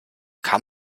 kann